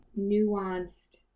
nuanced